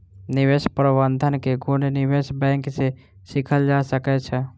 निवेश प्रबंधन के गुण निवेश बैंक सॅ सीखल जा सकै छै